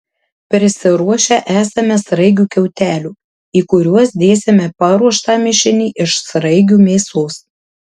prisiruošę esame sraigių kiautelių į kuriuos dėsime paruoštą mišinį iš sraigių mėsos